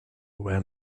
wear